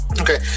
Okay